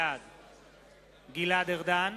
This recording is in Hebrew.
בעד גלעד ארדן,